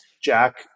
Jack